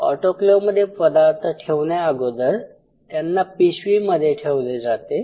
ऑटोक्लेवमध्ये पदार्थ ठेवण्याअगोदर त्यांना पिशवीमध्ये ठेवले जाते